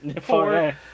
Four